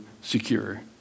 secure